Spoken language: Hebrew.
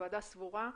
הוועדה סבורה,